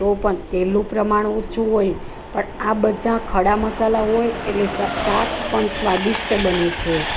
તો પણ તેલનું પ્રમાણ ઓછું હોય પણ આ બધા ખડા મસાલા હોય એટલે શાક પણ સ્વાદિષ્ટ બને છે